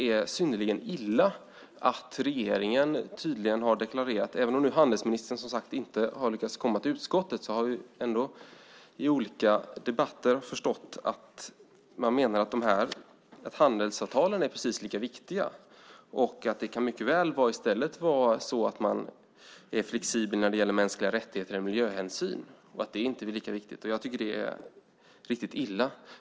Även om inte handelsministern har lyckats komma till utskottet har jag förstått av olika debatter att regeringen tydligt har deklarerat att man menar att dessa handelsavtal är precis lika viktiga och att man mycket väl kan vara flexibel när det gäller mänskliga rättigheter eller miljöhänsyn och att det inte är lika viktigt. Det är riktigt illa.